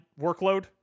workload